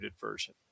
version